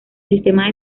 sistema